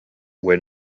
were